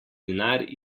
denar